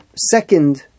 second